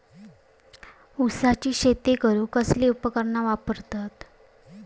ऊसाची शेती करूक कसली उपकरणा वापरतत?